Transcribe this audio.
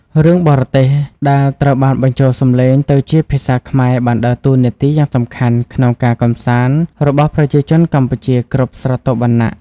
រឿងបរទេសដែលត្រូវបានបញ្ចូលសម្លេងទៅជាភាសាខ្មែរបានដើរតួនាទីយ៉ាងសំខាន់ក្នុងការកម្សាន្តរបស់ប្រជាជនកម្ពុជាគ្រប់ស្រទាប់វណ្ណៈ។